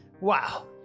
Wow